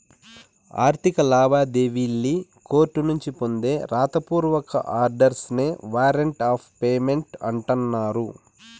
ఆర్థిక లావాదేవీల్లి కోర్టునుంచి పొందే రాత పూర్వక ఆర్డర్స్ నే వారంట్ ఆఫ్ పేమెంట్ అంటన్నారు